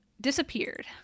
disappeared